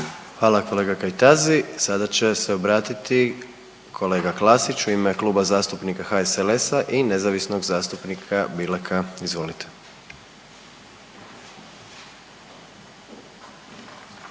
Hvala kolega Kajtazi. Sada će se obratiti kolega Klasić u ime Kluba zastupnika HSLS-a i nezavisnog zastupnika Bileka. Izvolite.